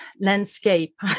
landscape